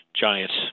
Giants